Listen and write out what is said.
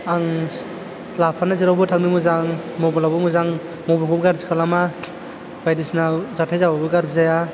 आं लाफाना जेरावबो थांनो मोजां मबाइलावबो मोजां मबाइलखौबो गाज्रि खालामा बायदिसिना जाथाय जाबाबो गाज्रि जाया